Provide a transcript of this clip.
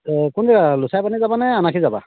অঁ কোন জেগা লোচাই পানী যাবানে আনাশী যাবা